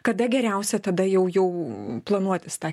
kada geriausia tada jau jau planuotis tą